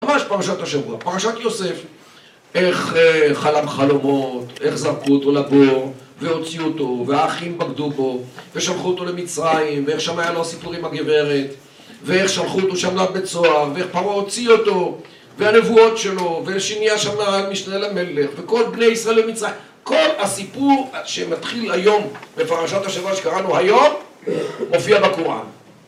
ממש פרשת השבוע, פרשת יוסף. איך חלם חלומות, איך זרקו אותו לבור והוציאו אותו, והאחים בגדו בו ושלחו אותו למצרים ואיך שם היה לו הסיפור עם הגברת ואיך שלחו אותו שם לבית סוהר ואיך פרעה הוציא אותו, והנבואות שלו ושנהייה שם המשנה למלך וכל בני ישראל למצרים כל הסיפור שמתחיל היום בפרשת השבוע שקראנו היום מופיע בקוראן